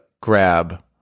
grab